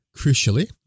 Crucially